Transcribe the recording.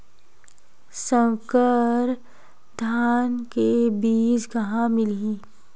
संकर धान के बीज कहां मिलही?